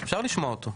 אפשר לשמוע אותו.